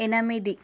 ఎనిమిది